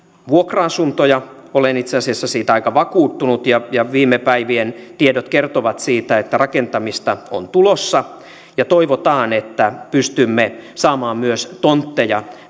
vuokra asuntoja olen itse asiassa siitä aika vakuuttunut ja ja viime päivien tiedot kertovat siitä että rakentamista on tulossa toivotaan että pystymme saamaan myös tontteja